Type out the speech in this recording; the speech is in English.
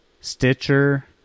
Stitcher